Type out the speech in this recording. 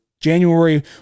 January